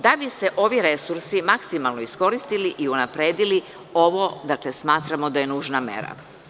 Da bi se ovi resursi maksimalno iskoristili i unapredili, ovo dakle, smatramo da je nužna mera.